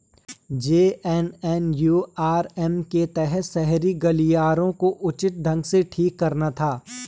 JNNURM के तहत शहरी गलियारों को उचित ढंग से ठीक कराना था